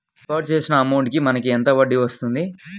Deposit చేసిన amount కి మనకి ఎంత వడ్డీ వస్తుంది?